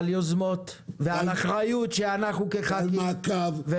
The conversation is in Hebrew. על יוזמות ועל האחריות שאנחנו כח"כים --- ועל מעקב,